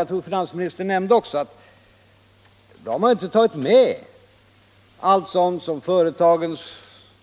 Jag tror att finansministern nämnde att man inte har tagit med sådant som ännu förmånligare